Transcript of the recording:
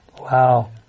Wow